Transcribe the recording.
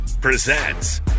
presents